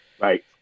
Right